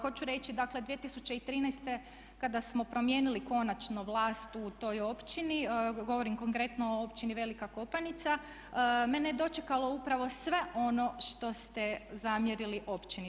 Hoću reći, dakle 2013. kada smo promijenili konačno vlast u toj općini govorim konkretno o općini Velika Kopanica mene je dočekalo upravo sve ono što ste zamjerili općini.